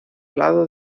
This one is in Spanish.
lado